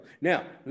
Now